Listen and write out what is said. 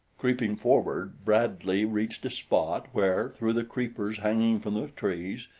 creeping forward bradley reached a spot where, through the creepers hanging from the trees,